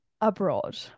abroad